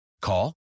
Call